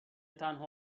تنها